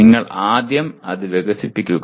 നിങ്ങൾ ആദ്യം അത് വികസിപ്പിക്കുക